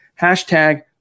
Hashtag